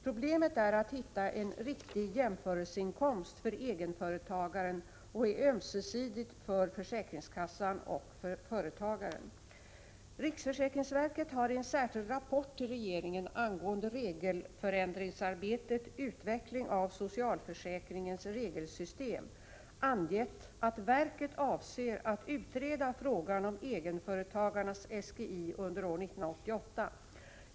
Problemet är att hitta en riktig jämförelseinkomst för egenföretagaren och är ömsesidigt för försäkringskassan och företagaren. Riksförsäkringsverket har i en särskild rapport till regeringen, ”Utveckling av socialförsäkringens regelsystem” , angående regelförändringsarbetet angett att verket avser att utreda frågan om egenföretagarnas SGI under år 1988.